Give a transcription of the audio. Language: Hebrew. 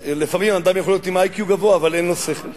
לפעמים אדם יכול להיות עם IQ גבוה אבל אין לו שכל.